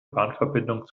bahnverbindung